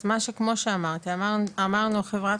אז משהו כמו שאמרתי, אמרנו חברת